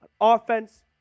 Offense